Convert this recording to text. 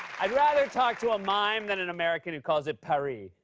i'd rather talk to a mime than an american who calls it pa-ris.